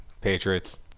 Patriots